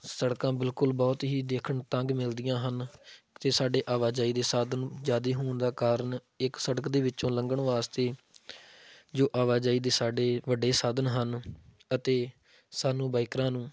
ਸੜਕਾਂ ਬਿਲਕੁਲ ਬਹੁਤ ਹੀ ਦੇਖਣ ਤੰਗ ਮਿਲਦੀਆਂ ਹਨ ਅਤੇ ਸਾਡੇ ਆਵਾਜਾਈ ਦੇ ਸਾਧਨ ਜ਼ਿਆਦ ਹੋਣ ਦਾ ਕਾਰਨ ਇੱਕ ਸੜਕ ਦੇ ਵਿੱਚੋਂ ਲੰਘਣ ਵਾਸਤੇ ਜੋ ਆਵਾਜਾਈ ਦੇ ਸਾਡੇ ਵੱਡੇ ਸਾਧਨ ਹਨ ਅਤੇ ਸਾਨੂੰ ਬਾਈਕਰਾਂ ਨੂੰ